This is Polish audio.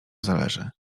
zależy